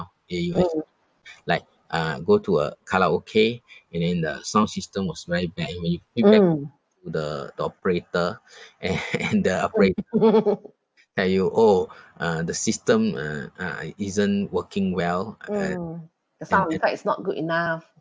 ya you have like uh go to a karaoke and then the sound system was very bad you may feedback to the the operator and the operator tell you oh uh the system uh ah it isn't working well uh at